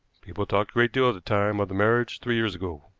people talked a great deal at the time of the marriage three years ago.